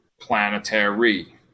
planetary